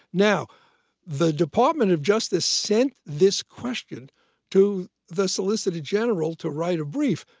now the department of justice sent this question to the solicitor general to write a brief.